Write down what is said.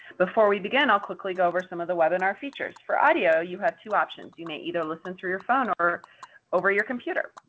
before we begin, i'll quickly go over some of the webinar features. for audio, you have two options. you may either listen through your phone or over your computer.